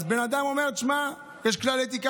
בן אדם אומר: תשמע, יש כלל אתיקה.